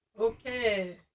Okay